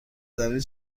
زمینی